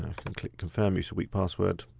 can click confirm use of weak password,